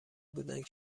بودند